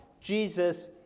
Jesus